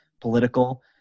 political